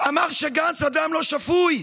אמר שגנץ אדם לא שפוי,